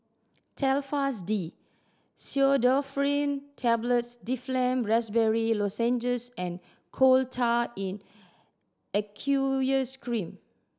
Telfast D Pseudoephrine Tablets Difflam Raspberry Lozenges and Coal Tar in Aqueous Cream